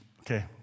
Okay